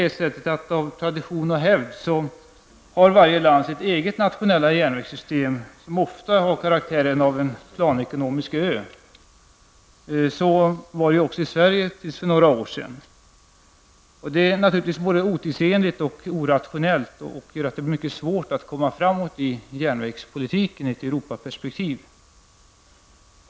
Av tradition och hävd har varje land sitt eget nationella järnvägssystem som ofta har karaktären av en planekonomisk ö. Så var det också i Sverige tills för några år sedan. Det är naturligtvis både otidsenligt och orationellt och gör att det blir mycket svårt att komma framåt i järnvägspolitiken sett ur Europaperspektiv.